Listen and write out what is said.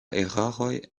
eraroj